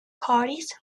parties